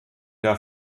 der